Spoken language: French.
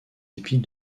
épis